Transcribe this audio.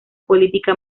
política